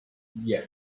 yes